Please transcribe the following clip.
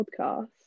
podcast